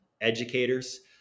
educators